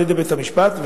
על-ידי בית-המשפט,